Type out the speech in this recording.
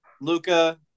Luca